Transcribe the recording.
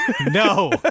No